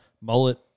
Mullet